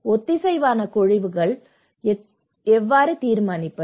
ஒத்திசைவான குழுக்களை எவ்வாறு தீர்மானிப்பது